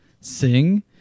sing